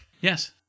yes